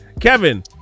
Kevin